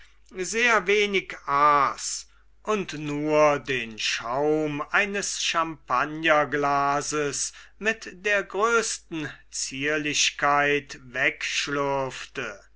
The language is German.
sehr wenig aß und nur den schaum eines champagnerglases mit der größten zierlichkeit